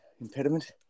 impediment